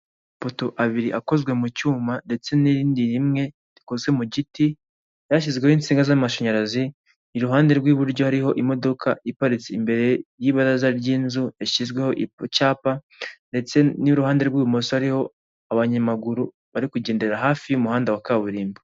Amapoto abiri akozwe mu cyuma ndetse n'irindi rimwe rikoze mu giti yashyizweho insinga z'amashanyarazi iruhande rw'iburyo hariho imodoka iparitse imbere y'ibara ry'inzu yashyizweho icapa ndetse n'iruhande rw'ibumoso harihoho abanyamaguru bari kugendera hafi y'umuhanda wa kaburimbo.